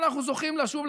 שאנחנו זוכים לה שוב,